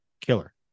killer